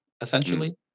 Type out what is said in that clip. essentially